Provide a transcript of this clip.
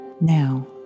Now